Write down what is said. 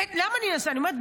למה אני אומרת?